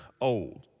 old